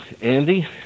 Andy